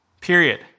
Period